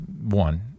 One